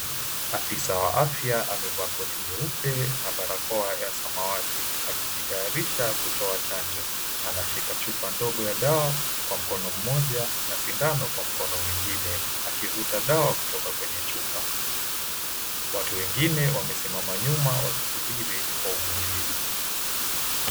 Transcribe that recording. Afisa wa afya amevaa koti nyeupe na barakoa ya samawati, akijitayarisha kutoa chanjo anashika chupa ndogo ya dawa kwa mkono moja na sindano kwa mkono mwingine akivuta dawa kutoka kwenye chupa watu wengine wamesimama nyuma wakisubiri kwa uvumilivu.